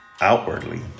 outwardly